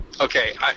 Okay